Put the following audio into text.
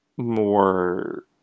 more